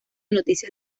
noticias